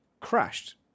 crashed